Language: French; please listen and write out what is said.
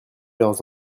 leurs